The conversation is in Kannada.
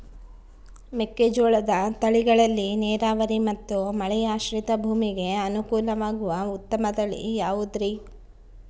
ಮೆಕ್ಕೆಜೋಳದ ತಳಿಗಳಲ್ಲಿ ನೇರಾವರಿ ಮತ್ತು ಮಳೆಯಾಶ್ರಿತ ಭೂಮಿಗೆ ಅನುಕೂಲವಾಗುವ ಉತ್ತಮ ತಳಿ ಯಾವುದುರಿ?